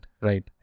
right